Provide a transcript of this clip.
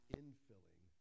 infilling